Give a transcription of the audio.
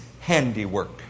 handiwork